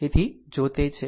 તેથી જો તે છે